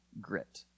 grit